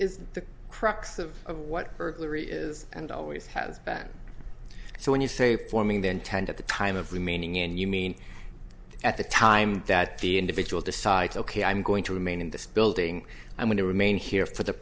is the crux of what burglary is and always has been so when you say forming the intent at the time of remaining in you mean at the time that the individual decides ok i'm going to remain in this building i'm going to remain here for the